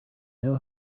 know